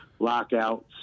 lockouts